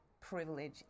privilege